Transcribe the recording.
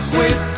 quit